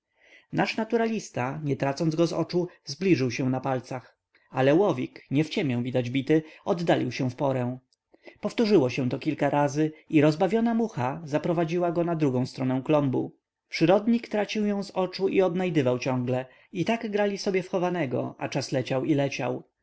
gałązkę nasz naturalista nie tracąc go z oczu zbliżył się na palcach ale łowik nie w ciemię widać bity oddalił się w porę powtórzyło się to kilka razy i rozbawiona mucha zaprowadziła go na drugą stronę klombu przyrodnik tracił ją z oczu i odnajdywał ciągle i tak grali sobie w chowanego a czas leciał i leciał